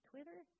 Twitter